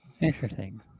Interesting